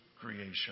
creation